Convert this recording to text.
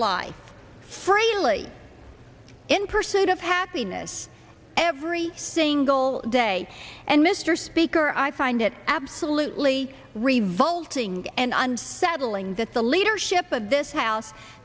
life freely in pursuit of happiness every single day and mr speaker i find it absolutely revolting and unsettling that the leadership of this house